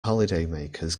holidaymakers